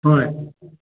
ꯍꯣꯏ